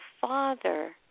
Father